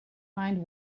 mind